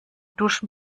duschen